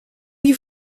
die